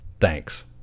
Thanks